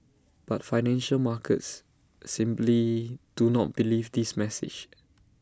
but financial markets simply do not believe this message